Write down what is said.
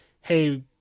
hey